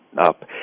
up